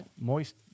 Moist